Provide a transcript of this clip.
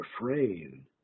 refrain